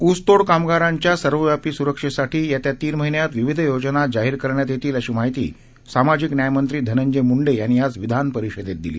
ऊसतोड कामगारांच्या सर्वव्यापी सुरक्षेसाठी येत्या तीन महिन्यात विविध योजना जाहीर करण्यात येतील अशी माहिती सामाजिक न्यायमंत्री धनंजय मुंडे यांनी आज विधानपरिषदेत दिली